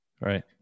Right